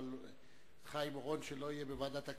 אבל חיים אורון שלא יהיה בוועדת הכספים,